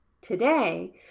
Today